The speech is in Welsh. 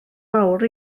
mawr